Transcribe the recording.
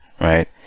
right